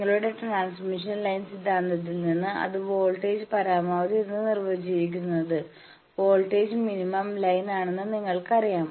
നിങ്ങളുടെ transmission line സിദ്ധാന്തത്തിൽ നിന്ന് അത് വോൾട്ടേജ് പരമാവധി എന്ന് നിർവചിച്ചിരിക്കുന്നത് വോൾട്ടേജ് മിനിമം ലൈൻ ആണെന്ന് നിങ്ങൾക്കറിയാം